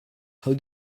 how